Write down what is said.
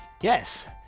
Yes